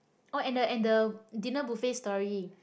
oh and the and the dinner buffet story